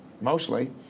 mostly